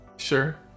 sure